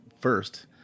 first